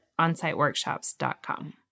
onsiteworkshops.com